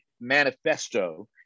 manifesto